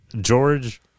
George